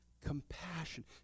compassion